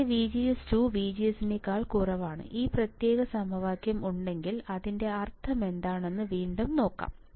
എന്റെ VGS2 VGS1 ഈ പ്രത്യേക സമവാക്യം ഉണ്ടെങ്കിൽ അതിന്റെ അർത്ഥമെന്താണെന്ന് വീണ്ടും നോക്കാം